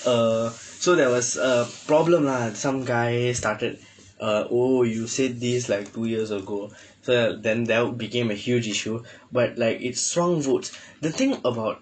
err so there was a problem lah some guy started uh oh you said these like two years ago the then that became a huge issue but like its strong votes the thing about